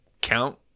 count